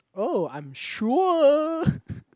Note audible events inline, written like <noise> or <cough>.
oh I'm sure <laughs>